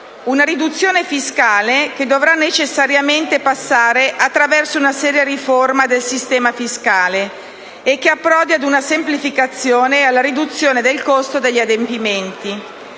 essere obbligata e dovrà necessariamente passare attraverso una seria riforma del sistema fiscale che approdi ad una semplificazione e alla riduzione del costo degli adempimenti.